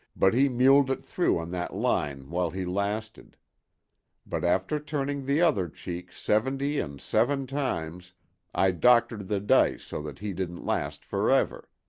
but he muled it through on that line while he lasted but after turning the other cheek seventy and seven times i doctored the dice so that he didn't last forever.